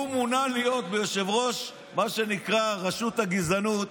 הוא מונה להיות יושב-ראש מה שנקרא "הרשות לגזענות"